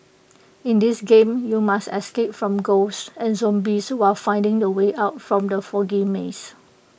in this game you must escape from ghosts and zombies while finding the way out from the foggy maze